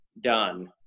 done